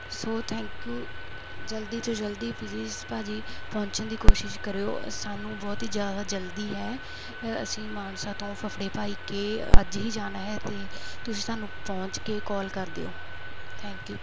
so thank you ਜਲਦੀ ਤੋਂ ਜਲਦੀ ਪਲੀਸ ਭਾਅ ਜੀ ਪਹੁੰਚਣ ਦੀ ਕੋਸ਼ਿਸ਼ ਕਰਿਓ ਸਾਨੂੰ ਬਹੁਤ ਹੀ ਜ਼ਿਆਦਾ ਜਲਦੀ ਹੈ ਅਸੀਂ ਮਾਨਸਾ ਤੋਂ ਫਫੜੇ ਭਾਈ ਕੇ ਅੱਜ ਹੀ ਜਾਣਾ ਹੈ ਅਤੇ ਤੁਸੀਂ ਸਾਨੂੰ ਪਹੁੰਚ ਕੇ ਕੌਲ ਕਰ ਦਿਓ ਥੈਂਕਿ ਊ